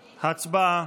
הצבעה.